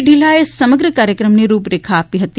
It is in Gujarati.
ઢીલાએ સમગ્ર કાર્યક્રમની રૂપરેખા આપી હતી